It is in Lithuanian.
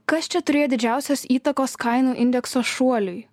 kas čia turėjo didžiausios įtakos kainų indekso šuoliui